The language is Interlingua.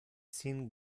sin